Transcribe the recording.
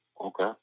okay